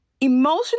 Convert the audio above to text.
Emotional